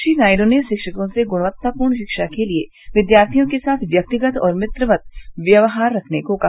श्री नायडू ने शिक्षकों से गुणवत्तापूर्ण शिक्षा के लिए विद्यार्थियों के साथ व्यक्तिगत और मित्रवत व्यवहार रखने को कहा